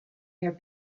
their